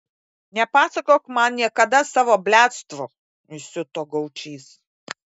nepasakok man niekada savo bliadstvų įsiuto gaučys